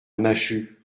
machut